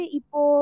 ipo